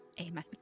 Amen